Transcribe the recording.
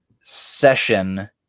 session